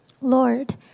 Lord